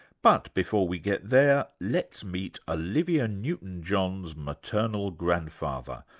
but before we get there, let's meet olivia newton-john's maternal grandfather,